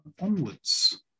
onwards